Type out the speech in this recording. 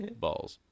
Balls